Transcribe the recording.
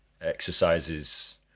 exercises